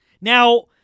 Now